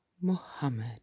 Muhammad